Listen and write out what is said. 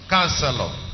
Counselor